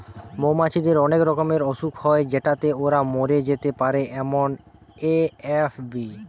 মৌমাছিদের অনেক রকমের অসুখ হয় যেটাতে ওরা মরে যেতে পারে যেমন এ.এফ.বি